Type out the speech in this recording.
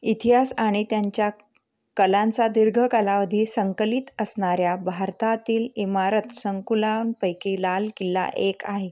इतिहास आणि त्यांच्या कलांचा दीर्घ कालावधी संकलित असणाऱ्या भारतातील इमारत संकुलांपैकी लाल किल्ला एक आहे